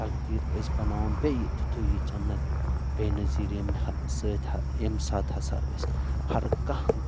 تقدیٖر أسۍ بناوو بیٚیہِ تِتھُے یہِ جنت بے نظیٖر ییٚمہِ ہا سۭتۍ ہا ییٚمہِ ساتہٕ ہسا أسۍ ہر کانٛہہ